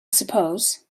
suppose